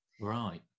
Right